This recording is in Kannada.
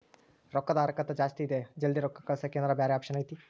ರೊಕ್ಕದ ಹರಕತ್ತ ಜಾಸ್ತಿ ಇದೆ ಜಲ್ದಿ ರೊಕ್ಕ ಕಳಸಕ್ಕೆ ಏನಾರ ಬ್ಯಾರೆ ಆಪ್ಷನ್ ಐತಿ?